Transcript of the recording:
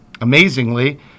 Amazingly